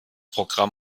programm